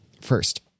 first